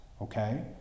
okay